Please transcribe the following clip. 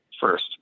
first